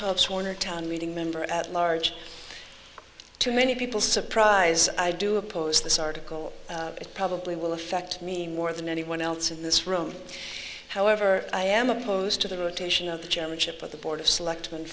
talks one a town meeting member at large to many people surprise i do oppose this article it probably will affect me more than anyone else in this room however i am opposed to the rotation of the chairmanship of the board of select